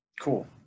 Cool